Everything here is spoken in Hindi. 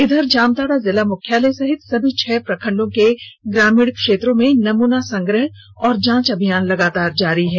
इधर जामताड़ा जिला मुख्यालय सहित सभी छह प्रखंडो के ग्रामीण क्षेत्रों में नमूना संग्रह और जांच अभियान लगातार जारी है